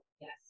Yes